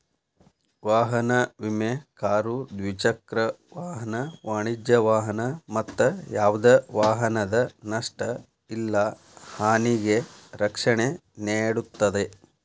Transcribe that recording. ವಾಹನ ವಿಮೆ ಕಾರು ದ್ವಿಚಕ್ರ ವಾಹನ ವಾಣಿಜ್ಯ ವಾಹನ ಮತ್ತ ಯಾವ್ದ ವಾಹನದ ನಷ್ಟ ಇಲ್ಲಾ ಹಾನಿಗೆ ರಕ್ಷಣೆ ನೇಡುತ್ತದೆ